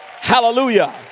Hallelujah